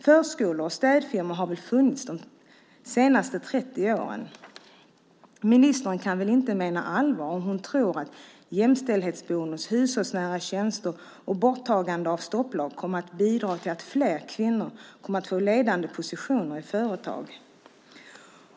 Förskolor och städfirmor har funnits de senaste trettio åren. Ministern kan väl inte på allvar tro att jämställdhetsbonus, hushållsnära tjänster och borttagande av stopplag kommer att bidra till att fler kvinnor får ledande positioner i företag.